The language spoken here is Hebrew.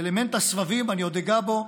אלמנט הסבבים, אני עוד אגע בו.